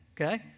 okay